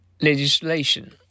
Legislation